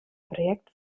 projekt